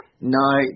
No